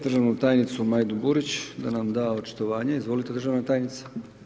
državnu tajnicu Majdu Burić, da nam da očitovanje, izvolite državna tajnica.